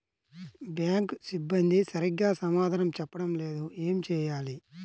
Bank సిబ్బంది సరిగ్గా సమాధానం చెప్పటం లేదు ఏం చెయ్యాలి?